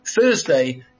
Thursday